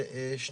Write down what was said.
בוקר טוב,